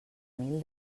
mil